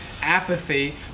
apathy